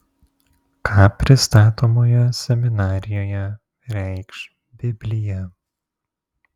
ką pristatomoje seminarijoje reikš biblija